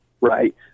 Right